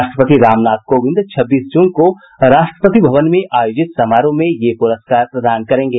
राष्ट्रपति रामनाथ कोविंद छब्बीस जून को राष्ट्रपति भवन में आयोजित समारोह में ये पुरस्कार प्रदान करेंगे